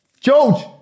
George